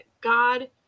god